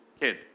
kid